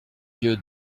yeux